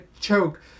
choke